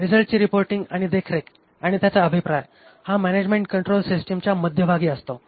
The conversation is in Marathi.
रिझल्टची रिपोर्टींग आणि देखरेख आणि त्याचा अभिप्राय हा मॅनेजमेंट कंट्रोल सिस्टिमच्या मध्यभागी असतो